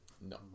No